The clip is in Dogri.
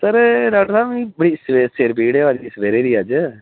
सर एह् मिगी सिर पीड़ होआ दी सबैह्रे दी अज्ज